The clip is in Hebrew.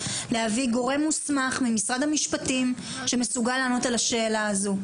להביא גורם מוסמך ממשרד המשפטים שמסוגל לענות על השאלה הזו.